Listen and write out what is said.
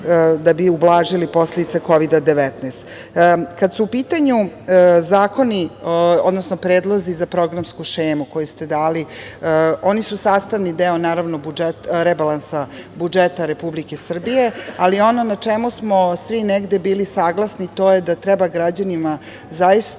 da bi ublažili posledice Kovida-19.Kada su u pitanju predlozi za programsku šemu koju ste dali, oni su sastavni deo rebalansa budžeta Republike Srbije, ali ono na čemu smo svi negde bili saglasni to je da treba građanima zaista